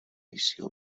visió